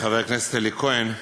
חבר הכנסת אלי כהן,